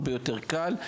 הרבה יותר קל,